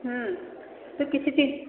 ହୁଁ ତୁ କିଛି